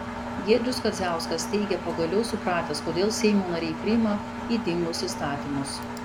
giedrius kadziauskas teigia pagaliau supratęs kodėl seimo nariai priima ydingus įstatymus